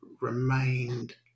remained